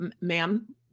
ma'am